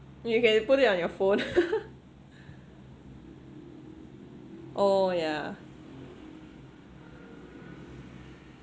you can put it on your phone oh yeah